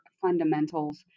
fundamentals